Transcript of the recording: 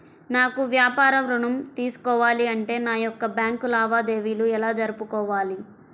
నాకు వ్యాపారం ఋణం తీసుకోవాలి అంటే నా యొక్క బ్యాంకు లావాదేవీలు ఎలా జరుపుకోవాలి?